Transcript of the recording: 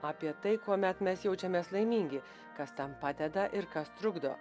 apie tai kuomet mes jaučiamės laimingi kas tam padeda ir kas trukdo